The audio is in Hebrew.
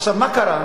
עכשיו, מה קרה?